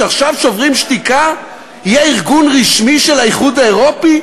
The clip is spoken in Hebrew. שעכשיו "שוברים שתיקה" יהיה ארגון רשמי של האיחוד האירופי,